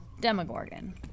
Demogorgon